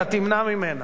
אתה תמנע ממנה.